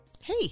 Hey